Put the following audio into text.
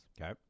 Okay